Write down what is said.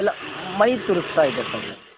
ಅಲ್ಲ ಮೈ ತುರಿಸ್ತಾ ಇದೆ ಸರ